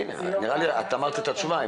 את נתת את התשובה.